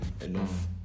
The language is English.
enough